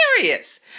serious